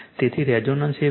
તેથી રેઝોનન્સ એ VR છે